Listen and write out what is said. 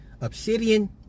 Obsidian